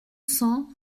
cents